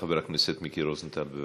חבר הכנסת מיקי רוזנטל, בבקשה.